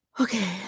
Okay